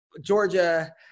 Georgia